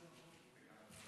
לבטיחות בדרכים (תיקון מס' 2) (הוראת